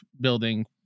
building